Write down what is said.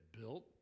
built